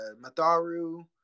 Matharu